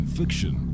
fiction